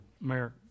Mayor